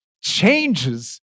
changes